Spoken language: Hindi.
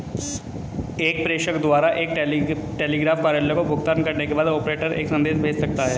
एक प्रेषक द्वारा एक टेलीग्राफ कार्यालय को भुगतान करने के बाद, ऑपरेटर एक संदेश भेज सकता है